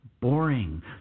boring